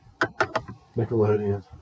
Nickelodeon